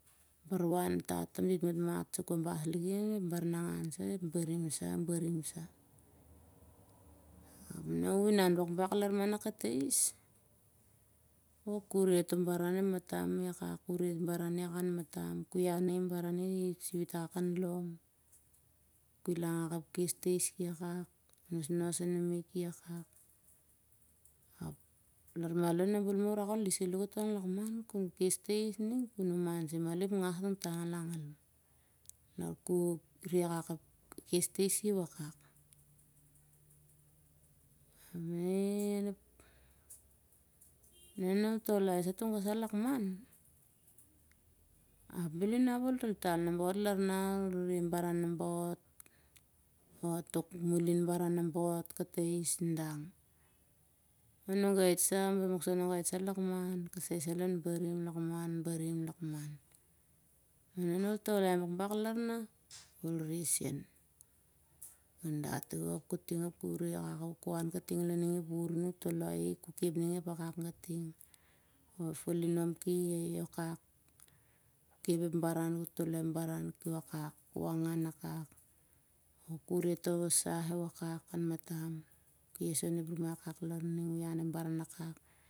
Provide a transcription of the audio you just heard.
Bar wan tat pasi dit matmat kabas liki ap ep baranagan sah on ep barim sah, barim sah. na uh inan bakbak lar na katais. oh kuh re toh baran ep matam ki akak. kuh re toh baran i akak han matam. kuh ian ning ep baran i nana min han lom, kuh kilang ep kes tias ki akak, nosnos numi ki akak. ap lar malo nah bel urak ol his salo katong lakman kuh kes tais ning kuh numan soi ep ngas katong talang lakman lar kuhre ep kes tais i wakak. na ol taulai sah tongau lakman ap bel inap ol taltal ol rere baran nambaot. oh tok mulin baran taisel dang. ol nongau sah ol nongau sah lakman. kasai sah lon barim lakman, barim lakman. mah nah ol taulai bakbak lar nah ap ol re sen el dat uh ap kuh han kating. oh kuh han kating lon ning ep wuvur uh toloi i eh kuh kep ning ep wakwak gating. oh ep falinom ki akak. kuh kep ep baran kuh toloi ep baran ki wakak. kuh angan akak. kuh re toh sah i akak an matam oh uh kes on ep rumai akak lar ning, uh ian ep baranangan akak.